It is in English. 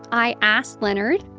i asked leonard.